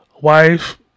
wife